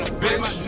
bitch